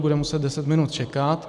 Bude muset deset minut čekat.